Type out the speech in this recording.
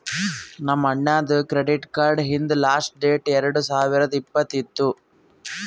ನಮ್ ಅಣ್ಣಾದು credit card ಹಿಂದ್ ಲಾಸ್ಟ್ ಡೇಟ್ ಎರಡು ಸಾವಿರದ್ ಇಪ್ಪತ್ತ್ ಇತ್ತು